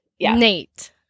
Nate